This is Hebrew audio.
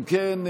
אם כן,